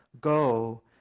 go